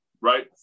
Right